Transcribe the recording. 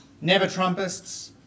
never-Trumpists